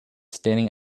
standing